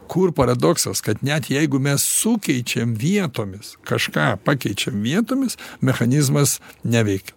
kur paradoksas kad net jeigu mes sukeičiam vietomis kažką pakeičiam vietomis mechanizmas neveikia